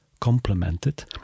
complemented